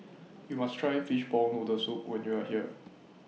YOU must Try Fishball Noodle Soup when YOU Are here